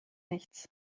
nichts